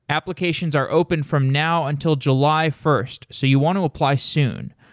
applications are open from now until july first, so you want to apply soon.